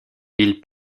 ils